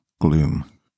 gloom